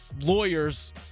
lawyers